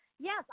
yes